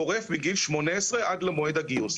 גורף מגיל 18 עד למועד הגיוס.